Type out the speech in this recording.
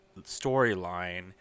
storyline